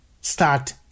Start